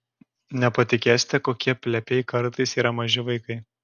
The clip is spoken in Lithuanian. nepatikėsite kokie plepiai kartais yra maži vaikai